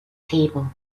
table